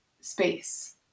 space